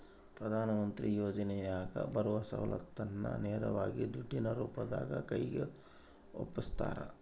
ಪ್ರಧಾನ ಮಂತ್ರಿ ಯೋಜನೆಯಾಗ ಬರುವ ಸೌಲತ್ತನ್ನ ನೇರವಾಗಿ ದುಡ್ಡಿನ ರೂಪದಾಗ ಕೈಗೆ ಒಪ್ಪಿಸ್ತಾರ?